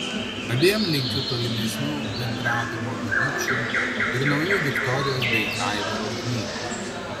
abiem linkiu tolimesnių bendravimo minučių ir naujų viktorijos bei aivaro knygų